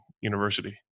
university